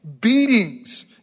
beatings